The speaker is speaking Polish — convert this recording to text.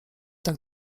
tak